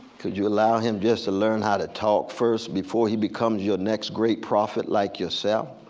could you allow him just to learn how to talk first before he becomes your next great prophet like yourself?